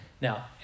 Now